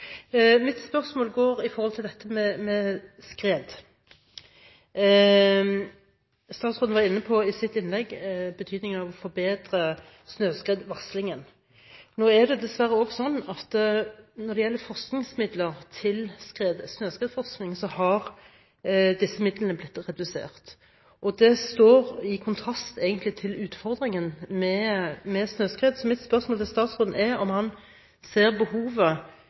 Mitt spørsmål går på dette med skred. Statsråden var i sitt innlegg inne på betydningen av å forbedre snøskredvarslingen. Nå er det dessverre også slik at forskningsmidlene til snøskredforskning har blitt redusert, og det står egentlig i kontrast til utfordringen med hensyn til snøskred. Så mitt spørsmål til statsråden er om han ser behovet